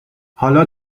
حالا